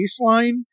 baseline